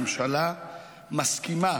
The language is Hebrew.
הממשלה מסכימה